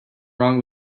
wrong